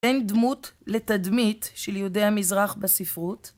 כן דמות לתדמית של יהודי המזרח בספרות